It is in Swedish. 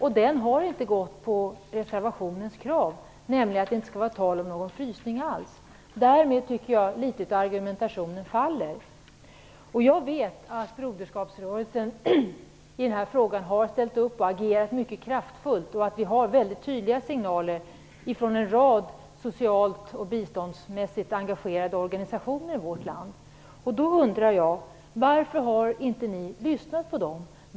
Ni har inte gått på reservationens krav, nämligen att det inte skall vara tal om någon frysning alls. Därmed tycker jag att litet av argumentationen faller. Jag vet att Broderskapsrörelsen i den här frågan har ställt upp och agerat mycket kraftfullt och att vi har mycket tydliga signaler från en rad socialt och biståndsmässigt engagerade organisationer i vårt land. Då undrar jag: Varför har inte ni lyssnat på dem?